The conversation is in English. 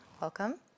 Welcome